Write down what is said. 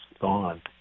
gone